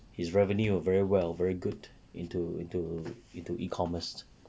his revenue very well very good into into into E-commerce